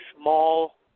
small